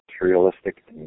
Materialistic